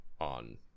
on